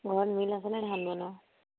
ঘৰত মিল আছেনে ধান বনোৱা